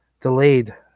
delayed